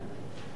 כן.